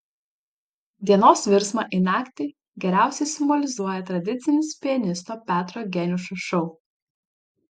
dienos virsmą į naktį geriausiai simbolizuoja tradicinis pianisto petro geniušo šou